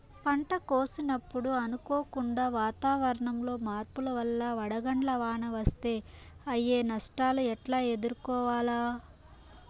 పంట కోసినప్పుడు అనుకోకుండా వాతావరణంలో మార్పుల వల్ల వడగండ్ల వాన వస్తే అయ్యే నష్టాలు ఎట్లా ఎదుర్కోవాలా?